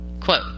Quote